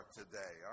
today